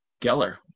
Geller